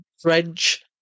French